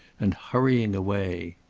and hurrying away.